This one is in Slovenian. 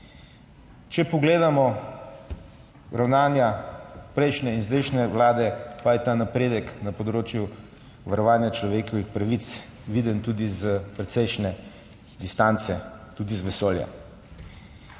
Če pogledamo ravnanja prejšnje in zdajšnje vlade, pa je ta napredek na področju varovanja človekovih pravic viden tudi s precejšnje distance, tudi iz vesolja.